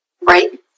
Right